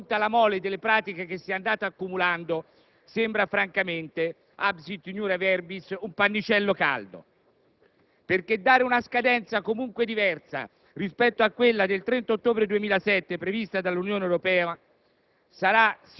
che però, di fronte alla mole di pratiche che si è andata accumulando, sembra francamente - *absit iniuria verbis* - un pannicello caldo; dall'altro, dare una scadenza comunque diversa rispetto a quella del 30 ottobre 2007, secondo quanto previsto dall'Unione Europea,